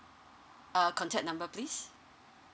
uh contact number please